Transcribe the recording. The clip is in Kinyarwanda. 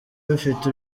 abafite